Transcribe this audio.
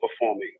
performing